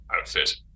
outfit